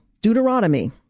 Deuteronomy